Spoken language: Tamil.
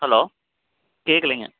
ஹலோ கேட்குலிங்க